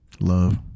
Love